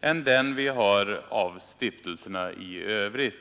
än den vi har av stiftelserna i övrigt.